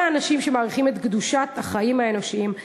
כל האנשים שמעריכים את קדושת החיים האנושיים,